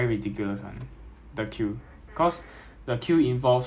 logistic base cause nine seven five will pass by logistic base